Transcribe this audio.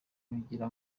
kugira